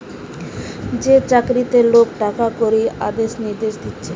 যে চাকরিতে লোক টাকা কড়ির আদেশ নির্দেশ দিতেছে